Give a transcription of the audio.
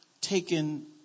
taken